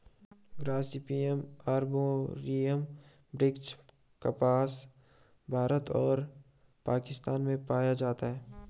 Gossypium arboreum वृक्ष कपास, भारत और पाकिस्तान में पाया जाता है